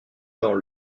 dans